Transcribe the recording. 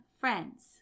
friends